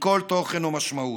מכל תוכן או משמעות.